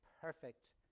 perfect